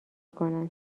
کنند